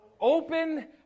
open